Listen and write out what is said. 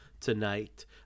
tonight